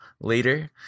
later